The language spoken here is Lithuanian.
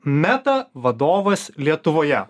meta vadovas lietuvoje